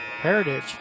Heritage